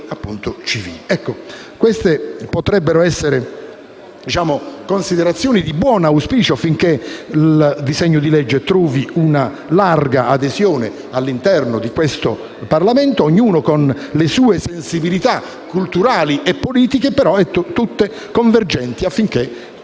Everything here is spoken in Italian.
scientifica italiana. Queste potrebbero essere considerazioni di buon auspicio affinché il disegno di legge trovi una larga adesione all'interno di questo Parlamento. Ognuno qui ha le sue sensibilità culturali e politiche, ma tutte sono convergenti affinché